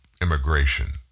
immigration